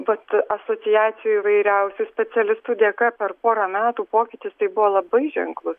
vat asociacijų įvairiausių specialistų dėka per porą metų pokytis tai buvo labai ženklus